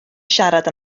siarad